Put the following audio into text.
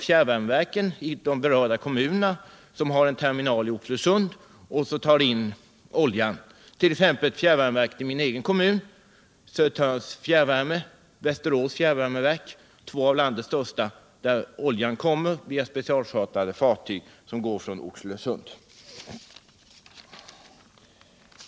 Fjärrvärmeverken i de berörda kommunerna har en terminal i Oxelösund över vilken de tar in olja. Det gäller exempelvis fjärrvärmeverket i min egen kommun, Södertörns fjärrvärmeverk. Det gäller också Västerås fjärrvärmeverk. Två av landets största fjärrvärmeverk får alltså sin olja via specialchartrade fartyg som går från Oxelösund.